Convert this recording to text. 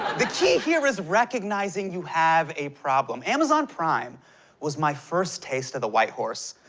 the key here is recognizing you have a problem. amazon prime was my first taste of the white horse,